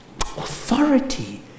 Authority